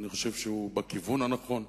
אני חושב שהוא בכיוון הנכון.